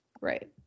Right